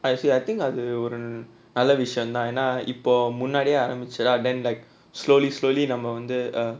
I actually I think அது ஒரு நல்ல விஷயந்தான் ஏன்னா இப்போ முன்னாடியே ஆரம்பிச்சாதா:athu oru nalla vishayanthaa yaennaa ippo munnaadiyae aarambichaathaa then like slowly slowly நம்ம வந்து:namma vanthu